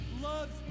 loves